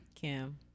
Kim